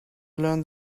learn